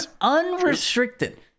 Unrestricted